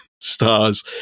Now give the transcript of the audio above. stars